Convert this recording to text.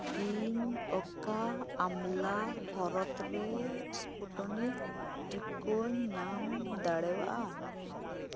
ᱤᱧ ᱚᱠᱟ ᱟᱢᱞᱟ ᱦᱚᱱᱚᱛ ᱨᱮ ᱥᱯᱩᱴᱚᱱᱤᱠ ᱴᱤᱠᱟᱹᱧ ᱧᱟᱢ ᱫᱟᱲᱮᱣᱟᱜᱼᱟ